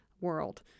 world